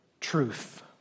truth